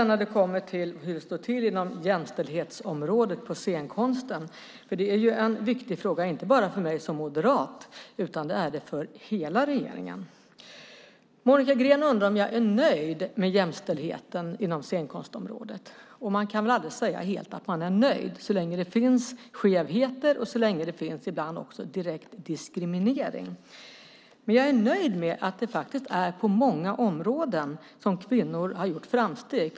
När det kommer till hur det står till på jämställdhetsområdet inom scenkonsten är det en viktig fråga inte bara för mig som moderat utan för hela regeringen. Monica Green undrar om jag är nöjd med jämställdheten inom scenkonstområdet. Man kan väl aldrig säga att man är helt nöjd så länge det finns skevheter och ibland också direkt diskriminering. Men jag är nöjd med att kvinnor har gjort framsteg på många områden.